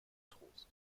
trost